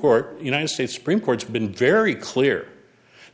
court united states supreme court has been very clear